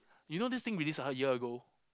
you know this thing released a year ago